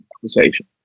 conversation